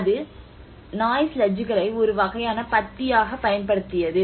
அது நாய் ஸ்லெட்ஜ்களை ஒரு வகையான பத்தியாகப் பயன்படுத்தியது